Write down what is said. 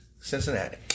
Cincinnati